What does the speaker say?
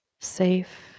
safe